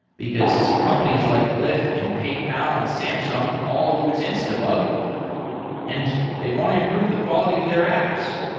because companies like lyft, and paypal, and samsung all use instabug and they want to improve the quality of their apps.